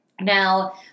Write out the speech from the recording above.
Now